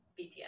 BTS